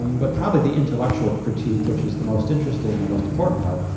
um but probably the intellectual critique, which is the most interesting and most important part,